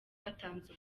batanze